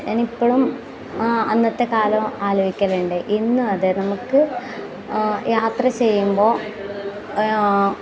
ഞാൻ ഇപ്പോഴും ആ അന്നത്തെ കാലം ആലോചിക്കലുണ്ട് ഇന്നും അതെ നമുക്ക് യാത്ര ചെയ്യുമ്പോൾ